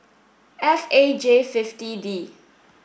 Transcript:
F A J fifity D